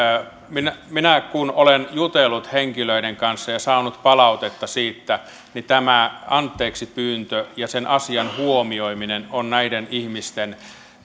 kun minä olen jutellut henkilöiden kanssa ja saanut palautetta siitä niin tämä anteeksipyyntö ja sen asian huomioiminen on näiden ihmisten